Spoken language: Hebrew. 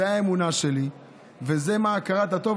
זו האמונה שלי וזה מהכרת הטוב,